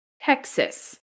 Texas